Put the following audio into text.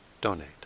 donate